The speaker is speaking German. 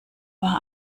war